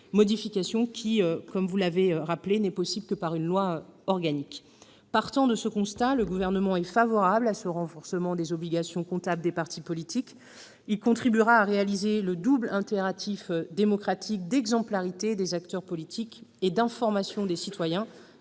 modification qui n'est possible que par une loi organique. Partant de ce constat, le Gouvernement est favorable au renforcement des obligations comptables des partis politiques. Il contribuera à réaliser le double impératif démocratique d'exemplarité des acteurs politiques et d'information des citoyens,